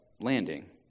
landing